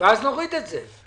ואז נוריד את זה,